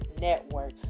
network